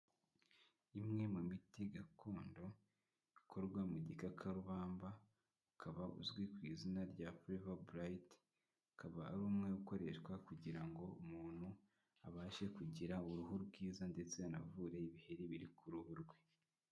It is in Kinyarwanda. Imwe mu miti gakondo ikorwa mu gikakarubamba ukaba uzwi ku izina rya Forever Bright. Akaba ari umwe ukoreshwa kugira ngo umuntu abashe kugira uruhu rwiza ndetse anavure ibiheri biri ku ruhu rwe.